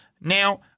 Now